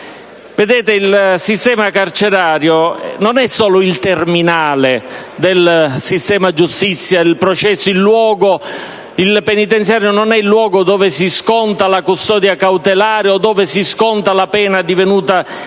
Il sistema carcerario non è solo il terminale del sistema giustizia. Il penitenziario non è il luogo in cui si sconta la custodia cautelare o dove si sconta la pena divenuta definitiva;